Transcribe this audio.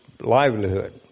livelihood